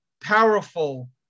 powerful